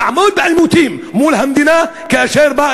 נעמוד בעימותים מול המדינה כאשר היא באה